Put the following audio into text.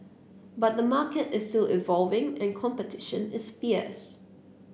but the market is still evolving and competition is fierce